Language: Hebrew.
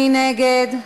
מי נגד?